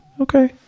Okay